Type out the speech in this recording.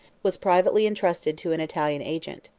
was privately intrusted to an italian agent.